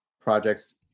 projects